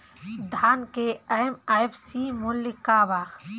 धान के एम.एफ.सी मूल्य का बा?